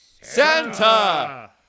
Santa